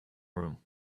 room